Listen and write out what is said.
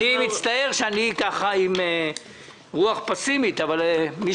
אני מצטער שאני ככה עם רוח פסימית אבל מי